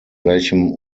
welchem